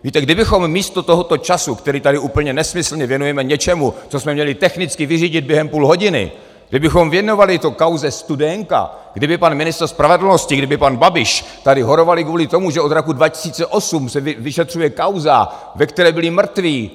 Víte, kdybychom místo tohoto času, který tady úplně nesmyslně věnujeme něčemu, co jsme měli technicky vyřídit během půl hodiny, kdybychom se věnovali kauze Studénka, kdyby pan ministr spravedlnosti, kdyby pan Babiš tady horovali kvůli tomu, že se od roku 2008 vyšetřuje kauza, ve které byli mrtví.